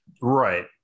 Right